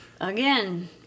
Again